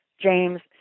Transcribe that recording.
James